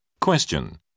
Question